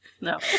No